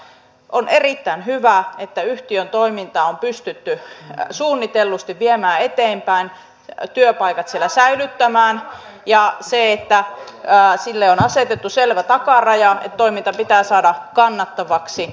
on erittäin hyvä että yhtiön toimintaa on pystytty suunnitellusti viemään eteenpäin työpaikat siellä säilyttämään ja että sille on asetettu selvä takaraja että toiminta pitää saada kannattavaksi